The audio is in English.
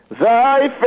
Thy